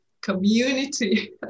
community